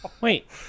Wait